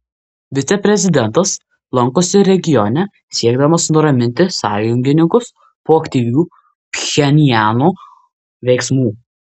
viceprezidentas lankosi regione siekdamas nuraminti sąjungininkus po aktyvių pchenjano veiksmų